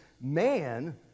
man